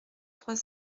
trois